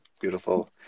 beautiful